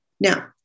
now